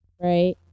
right